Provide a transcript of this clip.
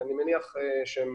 אני מניח שהם